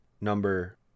number